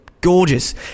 gorgeous